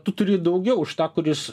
tu turi daugiau už tą kuris